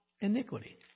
iniquity